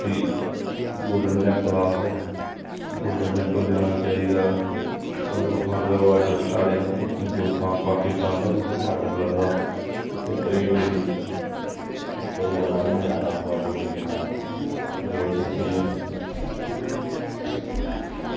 ते Golden Temple आखदे Golden Temple जाना चाहिदा ओह् वाघा बॉर्डर साढ़े अपने हिंदोस्तान ते पाकिस्तान दा बी बॉर्डर लगदा उत्थें परेड होंदी ते बड़ा गै नज़ारा औंदा फौजियें दा परेड दिक्खियै